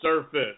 surface